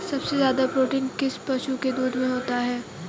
सबसे ज्यादा प्रोटीन किस पशु के दूध में होता है?